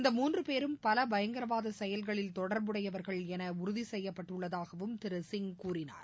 இந்த மூன்று பேரும் பல பயங்கரவாத செயல்களில் தொடர்புடையவர்கள் என உறுதி செய்யப்பட்டுள்ளதாகவும் திரு சிங் கூறினார்